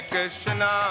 Krishna